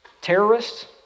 terrorists